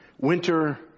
winter